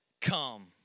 come